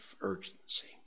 urgency